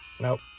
Nope